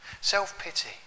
Self-pity